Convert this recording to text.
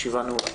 הישיבה נעולה.